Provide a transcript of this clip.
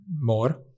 more